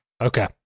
Okay